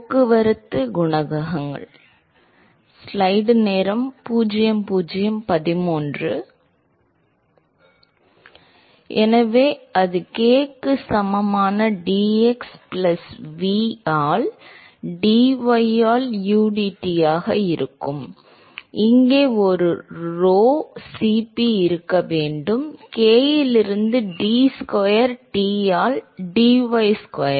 போக்குவரத்து குணகங்கள் எனவே அது k க்கு சமமான dx பிளஸ் v ஆல் dy ஆல் udT ஆக இருக்கும் இங்கே ஒரு rho Cp இருக்க வேண்டும் k இலிருந்து d ஸ்கொயர் T ஆல் dy ஸ்கொயர்